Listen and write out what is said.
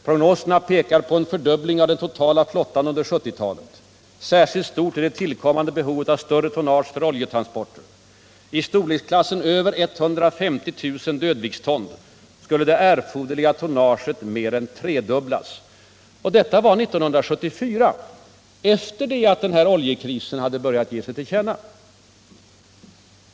Prognoserna pekar på en fördubbling av den totala flottan under 1970-talet. Särskilt stort är det tillkommande behovet av större tonnage för oljetransporter. I storleksklassen över 150 000 dödviktston skulle det erforderliga tonnaget mer än trefaldigas. Detta var 1974, efter det att oljekrisen hade börjat ge sig till känna.